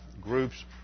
groups